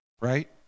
Right